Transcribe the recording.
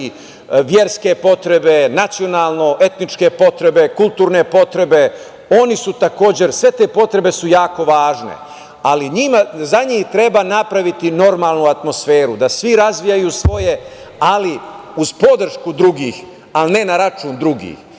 verske potrebe, nacionalno etničke potrebe, kulturne potrebe, oni su takođe sve te potrebe su jako važne, ali za njih treba napraviti normalnu atmosferu, da svi razvijaju svoje, ali uz podršku drugih, ali ne na račun drugih. Dakle,